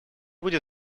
будет